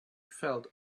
felt